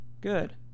Good